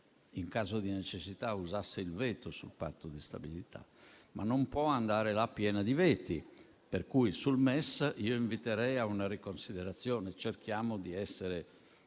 in caso di necessità, usasse il veto sul Patto di stabilità, ma non può andare là piena di veti. Sul MES inviterei pertanto a una riconsiderazione: cerchiamo di essere